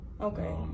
Okay